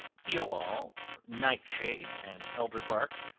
heal-all, night shade, and elder bark,